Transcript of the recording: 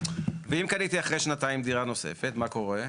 ואם קניתי אחרי שנתיים דירה נוספת, מה קורה?